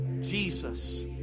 Jesus